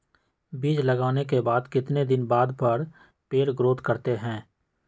बीज लगाने के बाद कितने दिन बाद पर पेड़ ग्रोथ करते हैं?